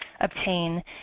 obtain